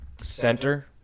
center